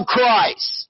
Christ